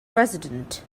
resident